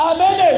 Amen